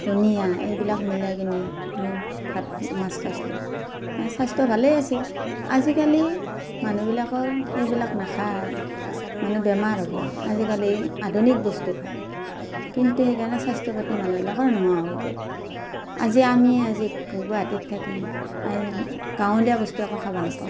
ধনীয়া এইবিলাক মিলাই কিনে ভাত মাছ খাইছিলোঁ স্বাস্থ্য ভালেই আছিল আজিকালি মানুহবিলাকৰ এইবিলাক নাখায় মানুহ বেমাৰ হ'ব আজিকালি আধুনিক বস্তু খায় কিন্তু সেইকাৰণে স্বাস্থ্য পাতি মানুহবিলাকৰ নোহোৱা হৈ গ'ল আজি আমিয়ে আজি গুৱাহাটীত থাকি গাঁৱলীয়া বস্তু একো খাব নাপাওঁ